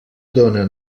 dóna